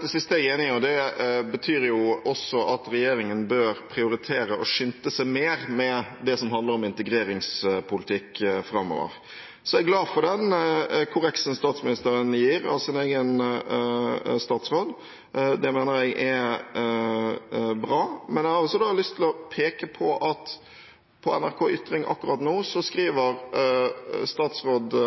Det siste er jeg enig i, og det betyr også at regjeringen bør prioritere og skynde seg mer med det som handler om integreringspolitikk framover. Jeg er glad for den korreksen statsministeren gir sin egen statsråd. Det mener jeg er bra, men jeg har også lyst til å peke på at på NRK Ytring akkurat nå skriver statsråd